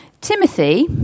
Timothy